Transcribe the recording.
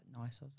nice